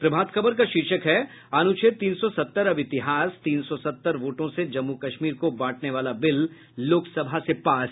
प्रभात खबर का शीर्षक है अनुच्छेद तीन सौ सत्तर अब इतिहास तीन सौ सत्तर वोटों से जम्मू कश्मीर को बांटने वाला बिल लोकसभा से पास